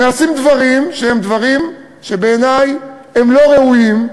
נעשים דברים שהם דברים שבעיני הם לא ראויים.